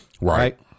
Right